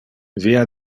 via